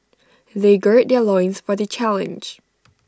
they gird their loins for the challenge